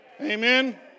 Amen